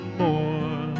more